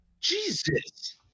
Jesus